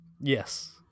Yes